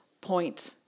point